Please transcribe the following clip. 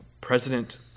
President